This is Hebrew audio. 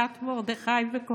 בן בוריס וליליה,